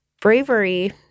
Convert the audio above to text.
bravery